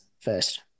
first